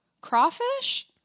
Crawfish